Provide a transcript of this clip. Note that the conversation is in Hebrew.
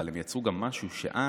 אבל הם יצרו גם משהו שאז,